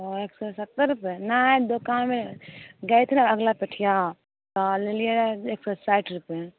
हँ एक सओ सत्तरि रुपैए नहि दोकानमे गए थे ने अगला पेठिआ तऽ लेलिए रहै एक सओ साठि रुपैए